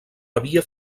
havia